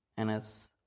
NS